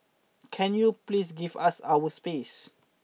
can you please give us our space